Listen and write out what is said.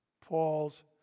Paul's